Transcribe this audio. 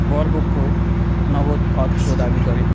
বরপক্ষ নগদ অর্থ দাবি করে